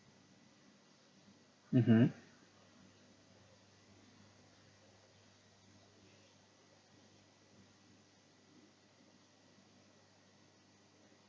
mmhmm